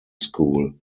school